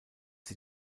sie